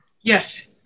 Yes